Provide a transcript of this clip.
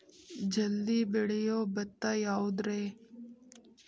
ಜಲ್ದಿ ಬೆಳಿಯೊ ಭತ್ತ ಯಾವುದ್ರೇ?